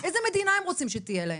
איזה מדינה הם רוצים שתהיה להם?